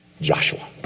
Joshua